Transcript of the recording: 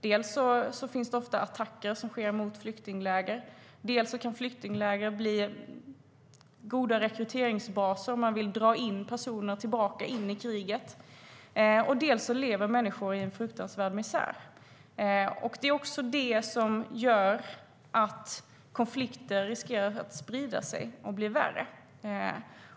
Dels sker ofta attacker mot flyktingläger, dels kan flyktingläger bli goda rekryteringsbaser; man vill dra in människor i kriget. Dessutom lever människor i fruktansvärd misär. Det gör att konflikter riskerar att sprida sig och bli värre.